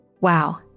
wow